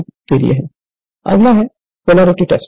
Refer Slide Time 0415 अगला है polarity test